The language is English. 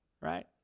right